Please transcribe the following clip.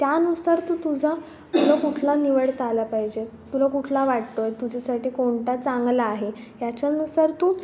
त्यानुसार तू तुझा तुला कुठला निवडता आला पाहिजे तुला कुठला वाटतो आहे तुझ्यासाठी कोणता चांगला आहे याच्यानुसार तू